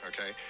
Okay